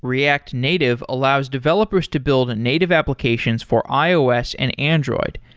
react native allows developers to build native applications for ios and android,